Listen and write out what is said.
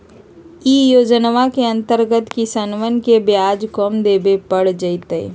ई योजनवा के अंतर्गत किसनवन के ब्याज कम देवे पड़ तय